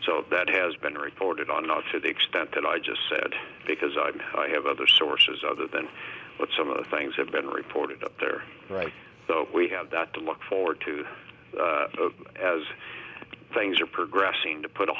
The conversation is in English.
so that has been reported on not to the extent and i just said because i have other sources other than what some of the things have been reported up there right so we have that to look forward to as things are progressing to put a